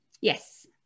Yes